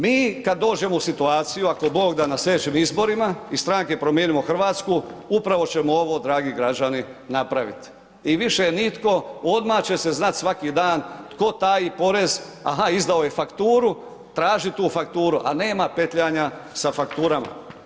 Mi kad dođemo u situaciju, ako Bog da, na sljedećim izborima iz stranke Promijenimo Hrvatsku, upravo ćemo ovo, dragi građani napraviti i više nitko, odmah će se znati svaki dan tko taji porez, aha, izdao je fakturu, traži tu fakturu, a nema petljanja sa fakturama.